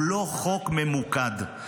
הוא לא חוק ממוקד.